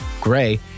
Gray